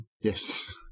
Yes